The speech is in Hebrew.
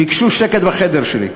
ביקשו שקט בחדר שלי.